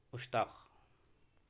Mushtaq